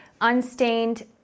unstained